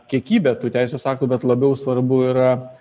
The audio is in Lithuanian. kiekybė tų teisės aktų bet labiau svarbu yra